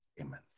Amen